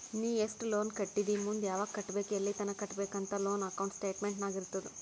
ನೀ ಎಸ್ಟ್ ಲೋನ್ ಕಟ್ಟಿದಿ ಮುಂದ್ ಯಾವಗ್ ಕಟ್ಟಬೇಕ್ ಎಲ್ಲಿತನ ಕಟ್ಟಬೇಕ ಅಂತ್ ಲೋನ್ ಅಕೌಂಟ್ ಸ್ಟೇಟ್ಮೆಂಟ್ ನಾಗ್ ಇರ್ತುದ್